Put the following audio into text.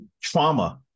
trauma